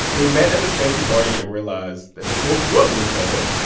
they met at this fancy party and realized that they both grew up near each other.